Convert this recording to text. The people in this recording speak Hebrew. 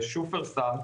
שופרסל.